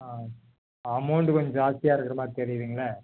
ஆ amount கொஞ்சம் ஜாஸ்தியாக இருக்கிறமாரி தெரியுதுங்களே